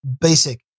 basic